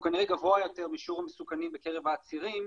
כנראה גבוה יותר משיעור המסוכנים בקרב העצירים,